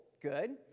Good